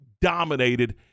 dominated